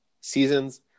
seasons